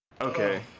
Okay